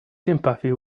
sympathy